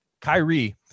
Kyrie